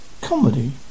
Comedy